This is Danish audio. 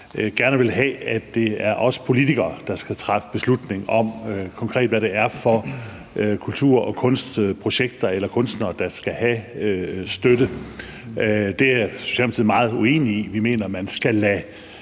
gerne vil have, at det er os politikere, der skal træffe beslutning om, hvad det konkret er for kultur- og kunstprojekter eller kunstnere, der skal have støtte. Det er vi i Socialdemokratiet meget uenige i. Vi mener, at man skal